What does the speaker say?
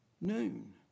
Noon